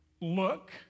look